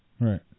right